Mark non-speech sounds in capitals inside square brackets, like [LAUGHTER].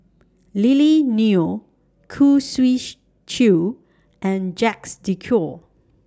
Lily Neo Khoo Swee [HESITATION] Chiow and Jacques De Coutre